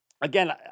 again